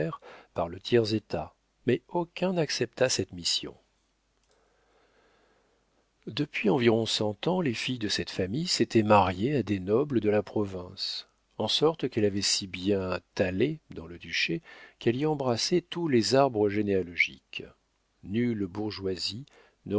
par le tiers-état mais aucun n'accepta cette mission depuis environ cent ans les filles de cette famille s'étaient mariées à des nobles de la province en sorte qu'elle avait si bien tallé dans le duché qu'elle y embrassait tous les arbres généalogiques nulle bourgeoisie